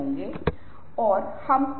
हाँ अब यह भर गया है